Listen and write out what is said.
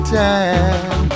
time